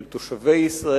של תושבי ישראל,